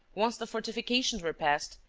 once the fortifications were passed,